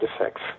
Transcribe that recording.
effects